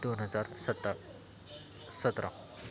दोन हजार सत्ता सतरा